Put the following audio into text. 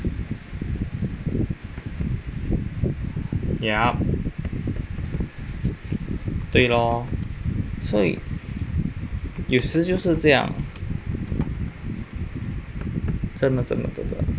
ya 对咯所以有时就是这样真的真的真的